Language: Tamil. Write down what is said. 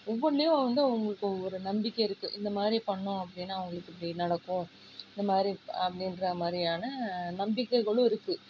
ஒவ்வொன்னுலேயும் வந்து அவங்களுக்கு ஒரு நம்பிக்கை இருக்குது இந்த மாதிரி பண்ணோம் அப்படின்னா அவங்களுக்கு இப்படி நடக்கும் இதுமாதிரி இருக்குது அப்படின்ற மாதிரியான நம்பிக்கைகளும் இருக்குது